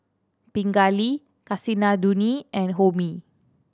Pingali Kasinadhuni and Homi